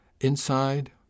Inside